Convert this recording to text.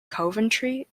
coventry